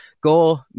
Go